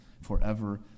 forever